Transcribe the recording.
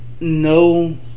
no